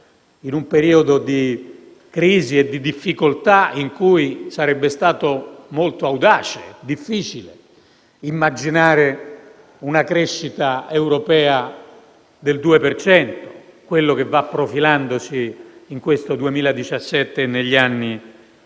in un'epoca di crisi e difficoltà in cui sarebbe stato molto audace e difficile immaginare una crescita europea del 2 per cento, quella che va profilandosi nel 2017 e negli anni seguenti.